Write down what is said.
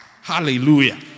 Hallelujah